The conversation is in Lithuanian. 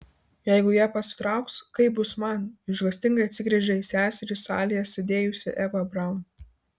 jeigu jie pasitrauks kaip bus man išgąstingai atsigręžia į seserį salėje sėdėjusi eva braun